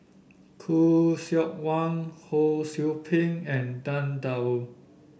Khoo Seok Wan Ho Sou Ping and Tang Da Wu